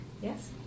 Yes